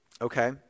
okay